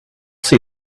see